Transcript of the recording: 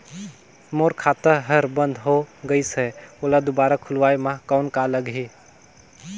मोर खाता हर बंद हो गाईस है ओला दुबारा खोलवाय म कौन का लगही?